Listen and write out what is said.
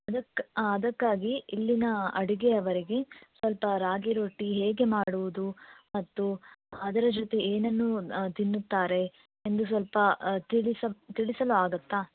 ಅದಕ್ಕೆ ಅದಕ್ಕಾಗಿ ಇಲ್ಲಿನ ಅಡುಗೆಯವರಿಗೆ ಸ್ವಲ್ಪ ರಾಗಿ ರೊಟ್ಟಿ ಹೇಗೆ ಮಾಡುವುದು ಮತ್ತು ಅದರ ಜೊತೆ ಏನನ್ನು ತಿನ್ನುತ್ತಾರೆ ಎಂದು ಸ್ವಲ್ಪ ತಿಳಿಸ ತಿಳಿಸಲಾಗುತ್ತಾ